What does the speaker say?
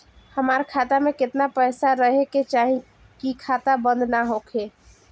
हमार खाता मे केतना पैसा रहे के चाहीं की खाता बंद ना होखे?